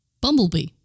Bumblebee